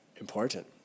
important